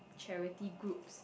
charity groups